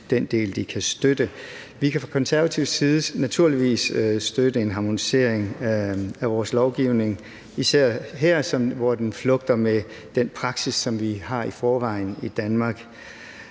den del, de kan støtte. Vi kan fra konservativ side naturligvis støtte en harmonisering af EU-lovgivning, især her, hvor den flugter med den praksis, som vi har i forvejen i Danmark.